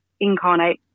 incarnate